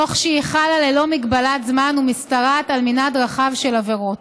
תוך שהיא חלה ללא מגבלת זמן ומשתרעת על מנעד רחב של עבירות.